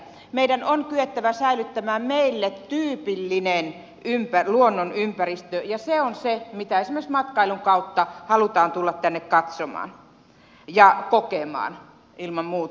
meidän on kyettävä säilyttämään meille tyypillinen luonnonympäristö ja se on se mitä esimerkiksi matkailun kautta halutaan tulla tänne katsomaan ja kokemaan ilman muuta